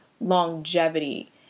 longevity